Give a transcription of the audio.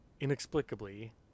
inexplicably